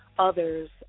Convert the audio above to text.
others